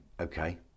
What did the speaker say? okay